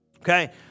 Okay